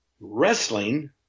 wrestling